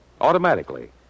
automatically